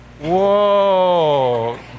Whoa